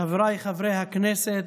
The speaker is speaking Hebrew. חבריי חברי הכנסת,